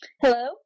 Hello